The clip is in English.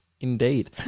Indeed